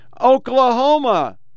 Oklahoma